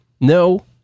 no